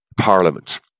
parliament